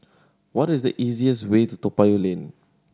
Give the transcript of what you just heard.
what is the easiest way to Toa Payoh Lane